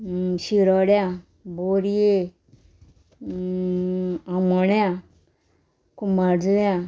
शिरोड्या बोरये फोण्या कुमारजुव्यां